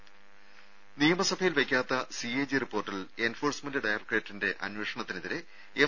രുര നിയമസഭയിൽ വെയ്ക്കാത്ത സിഎജി റിപ്പോർട്ടിൽ എൻഫോഴ്സ്മെന്റ് ഡയറക്ടറേറ്റിന്റെ അന്വേഷണത്തിനെതിരെ എം